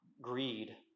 greed